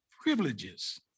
Privileges